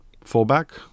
fullback